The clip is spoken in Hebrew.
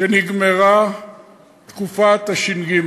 שנגמרה תקופת הש"ג.